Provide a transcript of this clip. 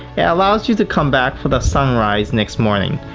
yeah allows you to come back for the sunrise next morning.